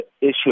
issue